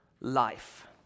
life